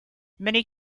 many